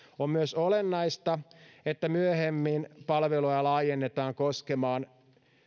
on myös olennaista että myöhemmin palveluja laajennetaan koskemaan